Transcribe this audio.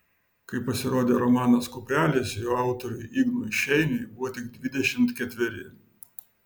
kai pasirodė romanas kuprelis jo autoriui ignui šeiniui buvo tik dvidešimt ketveri